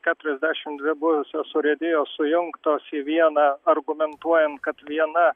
keturiasdešim dvi buvusios urėdijos sujungtos į vieną argumentuojam kad viena